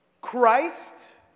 Christ